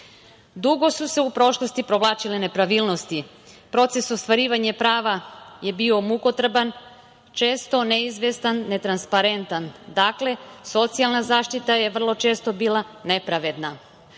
su se u prošlosti provlačile nepravilnosti. Proces ostvarivanja prava je bio mukotrpan, često neizvestan, netransparentan. Dakle, socijalna zaštita je vrlo često bila nepravedna. Pomoć